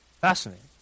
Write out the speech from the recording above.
Fascinating